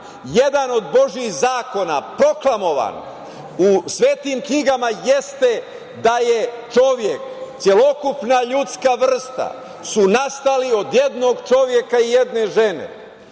od Božijih zakona proklamovan u svetim knjigama jeste da je čovek celokupna ljudska vrsta su nastali od jednog čoveka i jedne žene.